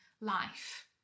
life